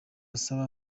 asaba